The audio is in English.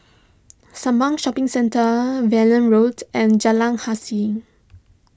Sembawang Shopping Centre Valley Road and Jalan Hussein